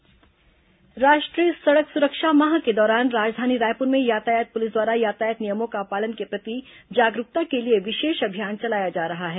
सड़क सुरक्षा माह राष्ट्रीय सड़क सुरक्षा माह के दौरान राजधानी रायपुर में यातायात पुलिस द्वारा यातायात नियमों का पालन के प्रति जागरूकता के लिए विशेष अभियान चलाया जा रहा है